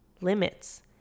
limits